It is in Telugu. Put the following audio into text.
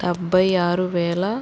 డెబ్బై ఆరు వేల